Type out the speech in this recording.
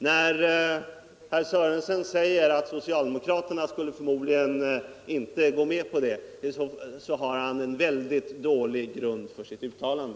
När herr Sörenson säger att socialdemokraterna förmodligen inte skulle gå med på detta, så har han en mycket dålig grund för sitt uttalande.